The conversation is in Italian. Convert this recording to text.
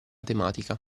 tematica